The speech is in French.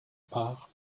part